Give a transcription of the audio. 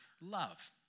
love